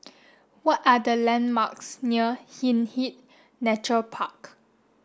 what are the landmarks near Hindhede Nature Park